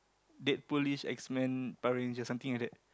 Deadpool-ish X-Men Power-Ranger something like that